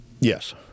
Yes